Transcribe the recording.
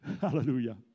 Hallelujah